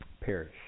perish